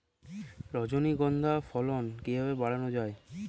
রজনীগন্ধা ফলন কিভাবে বাড়ানো যায়?